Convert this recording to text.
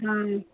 ହଁ